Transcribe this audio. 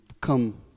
come